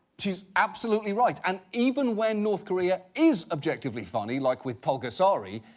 she's absolutely right. and even when north korea is objectively funny, like with pulgasari,